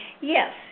Yes